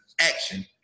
action